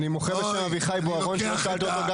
אני מוחה בשם אביחי בוארון שלא שאלת גם אותו.